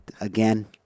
again